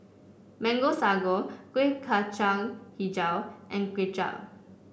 Mango Sago Kueh Kacang hijau and Kway Chap